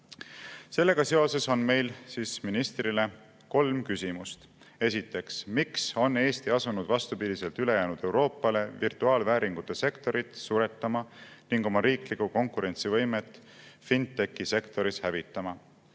Sellega seoses on meil ministrile kolm küsimust. Esiteks: miks on Eesti asunud vastupidiselt ülejäänud Euroopale virtuaalvääringute sektorit suretama ning oma riiklikku konkurentsivõimetfintech'i sektoris hävitama?